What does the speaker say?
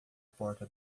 porta